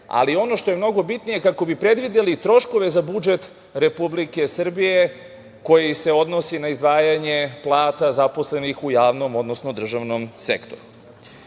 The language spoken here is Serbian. ali ono što je mnogo bitnije, kako bi predvideli troškove za budžet Republike Srbije koji se odnosi na izdvajanje plata zaposlenih u javnom, odnosno državnom sektoru. Ali,